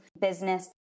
business